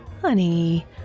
honey